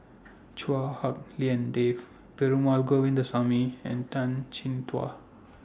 Chua Hak Lien Dave Perumal Govindaswamy and Tan Chin Tuan